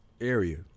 area